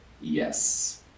Yes